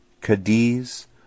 Cadiz